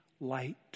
light